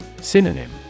Synonym